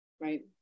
Right